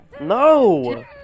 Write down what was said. No